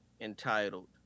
entitled